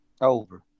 Over